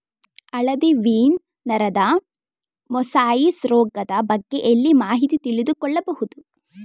ಹಳದಿ ವೀನ್ ನರದ ಮೊಸಾಯಿಸ್ ರೋಗದ ಬಗ್ಗೆ ಎಲ್ಲಿ ಮಾಹಿತಿ ತಿಳಿದು ಕೊಳ್ಳಬಹುದು?